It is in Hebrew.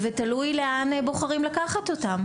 ותלוי לאן בוחרים לקחת אותם.